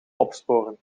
opsporen